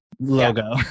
logo